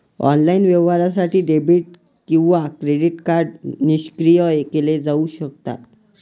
online व्यवहारासाठी debit किंवा credit card निष्क्रिय केले जाऊ शकतात